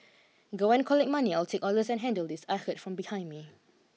go and collect money I'll take orders and handle this I heard from behind me